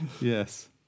Yes